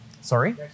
sorry